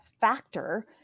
factor